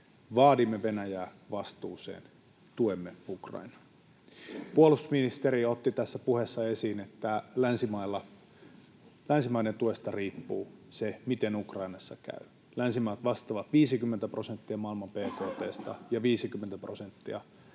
Vaadimme Venäjää vastuuseen. Tuemme Ukrainaa. Puolustusministeri jo otti puheessaan esiin, että länsimaiden tuesta riippuu se, miten Ukrainassa käy. Länsimaat vastaavat 50:tä prosenttia maailman bkt:stä ja 50:tä prosenttia